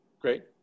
Great